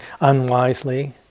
unwisely